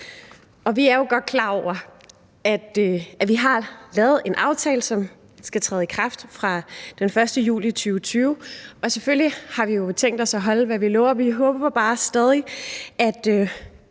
Vi er jo godt klar over, at vi har lavet en aftale, som skal træde i kraft den 1. juli 2020, og vi har selvfølgelig tænkt os at holde, hvad vi lover. Men vi håber bare stadig, at